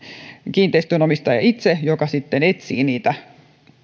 kiinteistön omistaja itse joka etsii